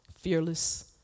fearless